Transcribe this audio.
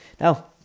now